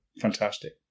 fantastic